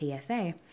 PSA